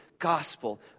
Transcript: gospel